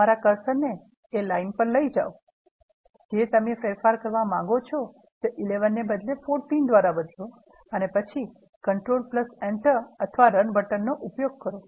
તમારા કર્સરને એ લીટી પર લઈ જાઓ જે તમે ફેરફાર કરવા માંગો છો તે 11 ને 14 દ્વારા બદલો અને પછી control enter અથવા રન બટનનો ઉપયોગ કરો